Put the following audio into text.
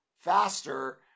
faster